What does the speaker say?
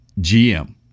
GM